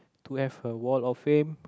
to have a wall of fame